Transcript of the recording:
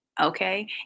Okay